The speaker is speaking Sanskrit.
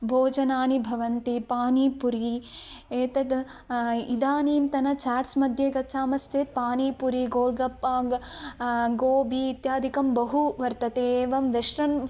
भोजनानि भवन्ति पानीपुरि एतद् इदानीन्तन चाट्स् मध्ये गच्छामश्चेत् पानीपुरि गोल्गप्प गोबि इत्यादिकं बहु वर्तते एवं वेस्ट्रन्